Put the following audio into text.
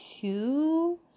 two